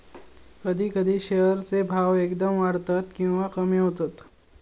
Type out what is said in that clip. कधी कधी शेअर चे भाव एकदम वाढतत किंवा कमी होतत